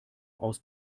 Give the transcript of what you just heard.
aus